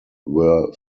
were